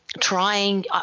trying